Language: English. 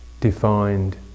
defined